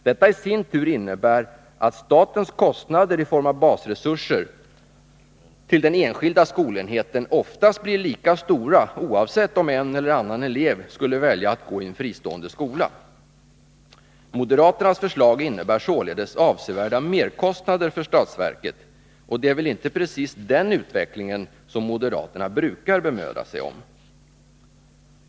Detta innebär i sin tur att statens kostnader i form av basresurser till den enskilda skolenheten oftast blir lika stora, oavsett om en eller annan elev skulle välja att gå i en fristående skola. Moderaternas förslag innebär således avsevärda merkostnader för statsverket, och det är väl inte precis den utvecklingen som moderaterna brukar bemöda sig om.